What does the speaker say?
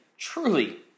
Truly